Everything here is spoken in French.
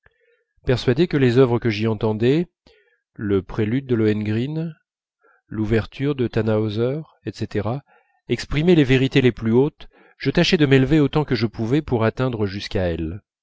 persuadé que les œuvres que j'y entendais le prélude de lohengrin l'ouverture de tannhauser etc exprimaient les vérités les plus hautes je tâchais de m'élever autant que je pouvais pour atteindre jusqu'à elles